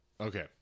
Okay